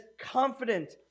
confident